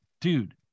Dude